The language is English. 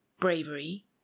bravery